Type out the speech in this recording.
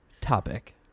topic